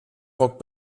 rock